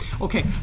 okay